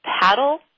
paddle